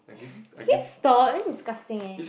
can you stop damn disgusting eh